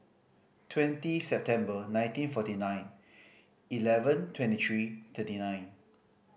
twenty September nineteen forty nine eleven twenty three thirty nine